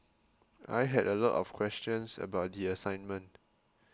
I had a lot of questions about the assignment